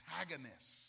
antagonist